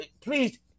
please